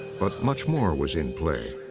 but much more was in play.